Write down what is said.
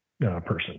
person